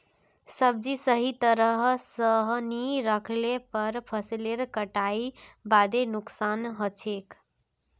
सब्जी सही तरह स नी राखले पर फसलेर कटाईर बादे नुकसान हछेक